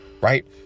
right